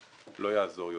לא יעזור יותר.